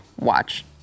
Watch